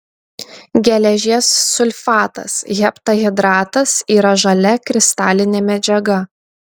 geležies sulfatas heptahidratas yra žalia kristalinė medžiaga